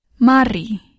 Mari